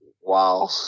Wow